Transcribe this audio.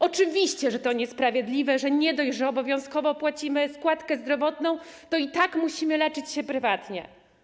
Oczywiście, że to niesprawiedliwe, że nie dość, że obowiązkowo płacimy składkę zdrowotną, to i tak musimy leczyć się prywatnie.